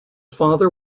father